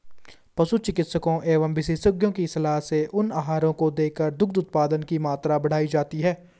पशु चिकित्सकों एवं विशेषज्ञों की सलाह से उन आहारों को देकर दुग्ध उत्पादन की मात्रा बढ़ाई जाती है